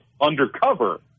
undercover